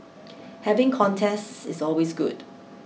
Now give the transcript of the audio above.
having contests is always good